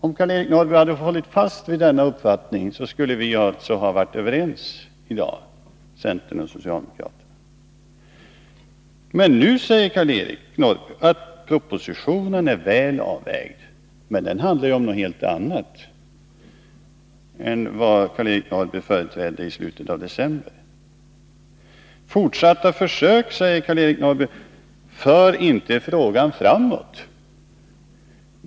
Om Karl-Eric Norrby hade hållit fast vid denna uppfattning, skulle centern och socialdemokraterna i dag ha varit överens. Men nu säger Karl-Eric Norrby att propositionen är väl avvägd, trots att den handlar om något helt annat än vad Karl-Eric Norrby företrädde i slutet av december. Fortsatta försök för inte frågan framåt, säger Karl-Eric Norrby.